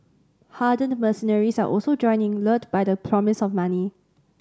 hardened mercenaries are also joining lured by the promise of money